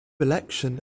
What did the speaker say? election